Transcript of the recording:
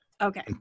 Okay